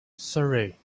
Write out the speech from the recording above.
surrey